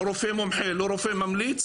לרופא מומחה,